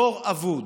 דור אבוד,